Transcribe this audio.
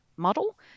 model